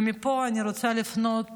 מפה אני רוצה לפנות